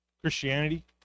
Christianity